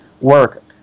work